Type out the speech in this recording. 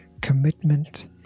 commitment